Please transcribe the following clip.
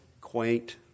quaint